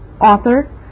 Author